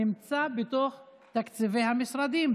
נמצא בתוך תקציבי המשרדים,